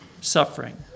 suffering